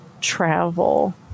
travel